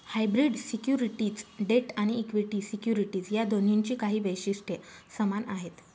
hybrid securities debt आणि equity securities या दोन्हींची काही वैशिष्ट्ये समान आहेत